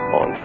on